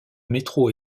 métro